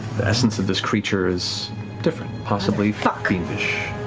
the essence of this creature is different, possibly fiendish.